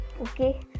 Okay